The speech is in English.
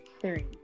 three